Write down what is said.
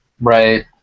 right